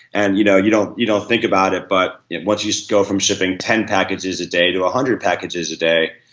and you know you don't you don't think about it, but once you go from shipping ten packages a day to one ah hundred packages a day,